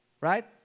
Right